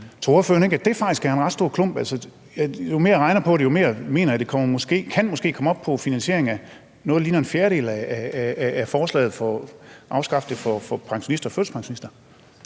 ordføreren ikke, at det faktisk er en ret stor klump? Jo mere jeg regner på det, jo mere mener jeg, at det måske kan komme op på finansieringen af noget, der ligner en fjerdedel af forslaget om at afskaffe det for pensionister og førtidspensionister.